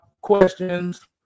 questions